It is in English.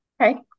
Okay